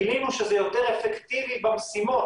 גילינו שזה יותר אפקטיבי במשימות.